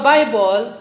Bible